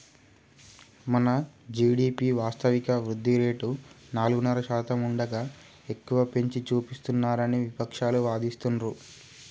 మన జీ.డి.పి వాస్తవిక వృద్ధి రేటు నాలుగున్నర శాతం ఉండగా ఎక్కువగా పెంచి చూపిస్తున్నారని విపక్షాలు వాదిస్తుండ్రు